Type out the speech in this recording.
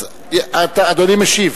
אדוני משיב.